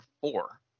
four